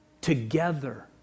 together